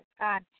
God